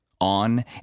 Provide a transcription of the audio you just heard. on